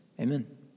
Amen